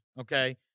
Okay